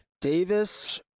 Davis